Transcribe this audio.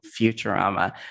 Futurama